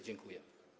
Dziękuję.